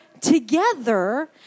together